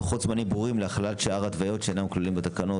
לוחות זמנים ברורים להחלת שאר ההתוויות שאינן כלולות בתקנות,